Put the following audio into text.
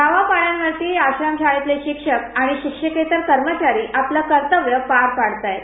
गाव पाड्यावरती आश्रमशाळेतले शिक्षक आणि शिक्षकेतर कर्मचारी आपलं कर्तव्य पार पाडताहेत